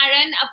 Aaron